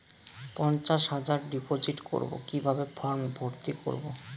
পঞ্চাশ হাজার ডিপোজিট করবো কিভাবে ফর্ম ভর্তি করবো?